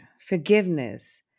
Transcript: forgiveness